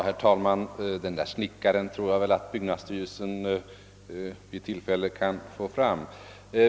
Herr talman! Den där snickaren tror jag väl att byggnadsstyrelsen vid tillfälle kan skaffa fram.